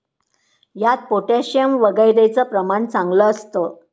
यात पोटॅशियम वगैरेचं प्रमाण चांगलं असतं